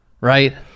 Right